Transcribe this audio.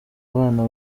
abana